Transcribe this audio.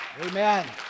Amen